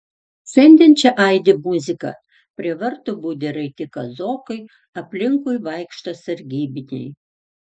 šiandien čia aidi muzika prie vartų budi raiti kazokai aplinkui vaikšto sargybiniai